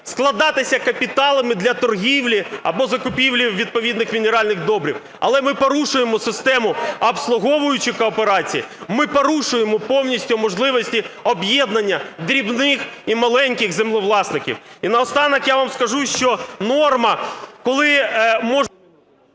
складатися капіталами для торгівлі або закупівлі відповідних мінеральних добрив, але ми порушуємо систему обслуговуючої кооперації, ми порушуємо повністю можливості об'єднання дрібних і маленьких землевласників. І наостанок я вам скажу, що норма, коли…